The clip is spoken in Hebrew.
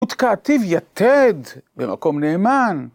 ותקעתיו יתד במקום נאמן.